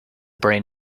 brain